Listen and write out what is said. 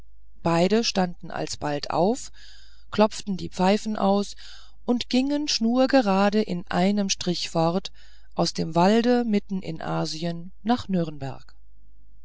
beide standen alsbald auf klopften die pfeifen aus und gingen schnurgerade in einem strich fort aus dem walde mitten in asien nach nürnberg